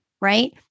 right